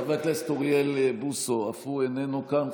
חבר הכנסת אוריאל בוסו, אף הוא איננו כאן.